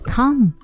Come